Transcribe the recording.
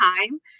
time